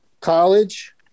college